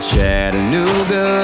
Chattanooga